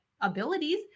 abilities